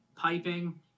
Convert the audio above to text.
piping